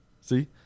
see